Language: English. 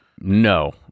No